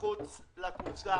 מחוץ לקופסה.